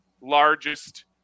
largest